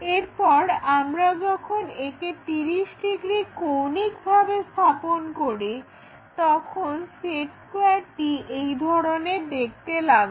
এরপর আমরা যখন একে 30° কৌণিক ভাবে স্থাপন করি তখন সেট স্কোয়ারটি এই ধরনের দেখতে লাগে